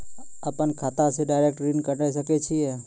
अपन खाता से डायरेक्ट ऋण कटबे सके छियै?